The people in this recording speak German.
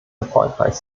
erfolgreich